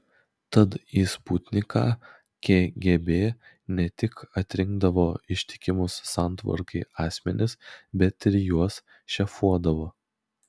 tad į sputniką kgb ne tik atrinkdavo ištikimus santvarkai asmenis bet ir juos šefuodavo